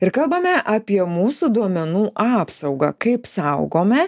ir kalbame apie mūsų duomenų apsaugą kaip saugome